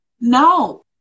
No